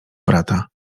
brata